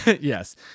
yes